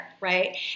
Right